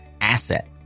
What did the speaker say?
asset